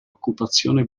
occupazione